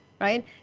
right